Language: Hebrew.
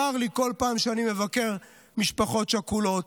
צר לי בכל פעם שאני מבקר משפחות שכולות.